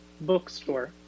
bookstore